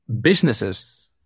businesses